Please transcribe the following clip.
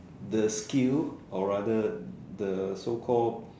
the skill or rather the so called